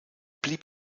blieb